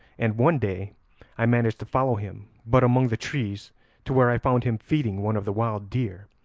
and one day i managed to follow him but among the trees to where i found him feeding one of the wild deer,